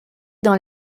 dans